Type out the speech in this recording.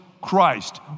Christ